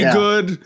good